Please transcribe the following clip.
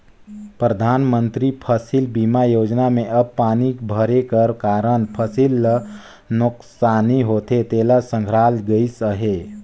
परधानमंतरी फसिल बीमा योजना में अब पानी भरे कर कारन फसिल ल नोसकानी होथे तेला संघराल गइस अहे